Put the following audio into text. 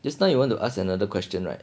just now you want to ask another question right